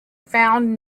found